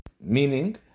Meaning